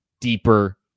deeper